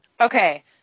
Okay